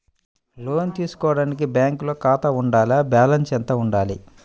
లోను తీసుకోవడానికి బ్యాంకులో ఖాతా ఉండాల? బాలన్స్ ఎంత వుండాలి?